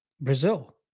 Brazil